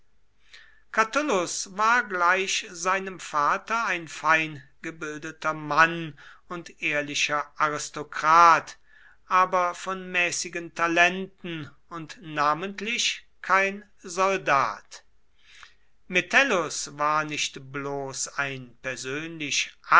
catulus war gleich seinem vater ein feingebildeter mann und ehrlicher aristokrat aber von mäßigen talenten und namentlich kein soldat metellus war nicht bloß ein persönlich